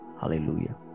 Hallelujah